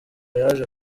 yaje